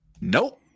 Nope